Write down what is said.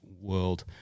world